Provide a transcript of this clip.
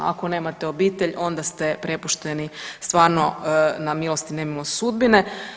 Ako nemate obitelj onda ste prepušteni stvarno na milost i nemilost sudbine.